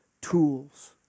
tools